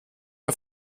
der